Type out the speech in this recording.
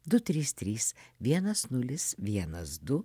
du trys trys vienas nulis vienas du